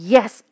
Yes